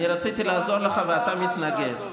אתה, אל תעזור לי.